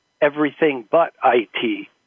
everything-but-IT